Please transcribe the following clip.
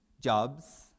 jobs